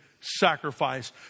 sacrifice